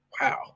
Wow